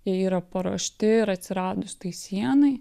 jie yra paruošti ir atsiradus tai sienai